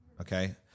okay